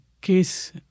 case